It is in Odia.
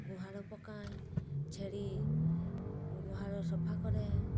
ଗୁହାଳ ପକାଏ ଛେଳି ଗୁହାଳ ସଫାକରେ